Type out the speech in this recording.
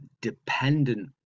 dependent